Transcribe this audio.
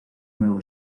nuevo